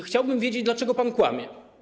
Chciałbym wiedzieć, dlaczego pan kłamie.